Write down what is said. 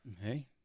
Hey